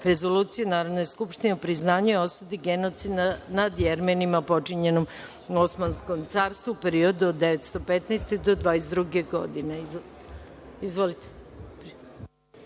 rezolucije Narodne skupštine o priznanju i osudi genocida nad Jermenima počinjenom u Osmanskom carstvu u periodu od 1915. do 1922. godine. Izvolite.